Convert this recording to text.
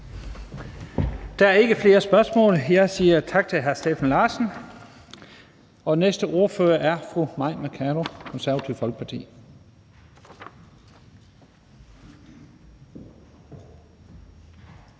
Der er ikke flere spørgsmål. Jeg siger tak til hr. Steffen Larsen. Næste ordfører er fru Mai Mercado, Det Konservative Folkeparti.